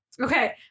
Okay